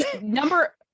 Number